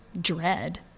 dread